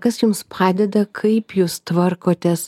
kas jums padeda kaip jūs tvarkotės